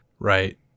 Right